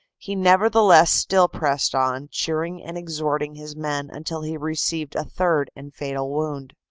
he nevertheless still pressed on, cheering and exhorting his men, until he received a third and fatal wound.